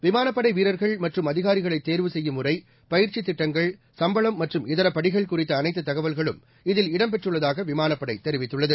விமானப் படை வீரர்கள் மற்றும் அதிகாரிகளை தேர்வு செய்யும் முறை பயிற்சித் திட்டங்கள் சும்பளம் மற்றும் இதர படிகள் குறித்த அனைத்து தகவல்களும் இதில் இடம்பெற்றுள்ளதாக விமானப்படை தெரிவித்துள்ளது